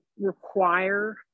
require